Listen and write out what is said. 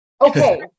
Okay